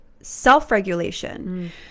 self-regulation